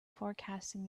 forecasting